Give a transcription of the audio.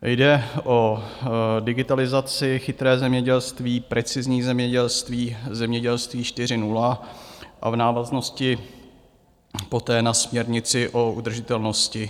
Jde o digitalizaci, chytré zemědělství, precizní zemědělství, Zemědělství 4.0 a v návaznosti poté na směrnici o udržitelnosti.